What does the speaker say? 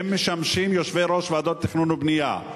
משמשים יושבי-ראש ועדות תכנון ובנייה.